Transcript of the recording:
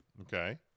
Okay